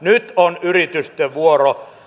nyt on yritysten vuoro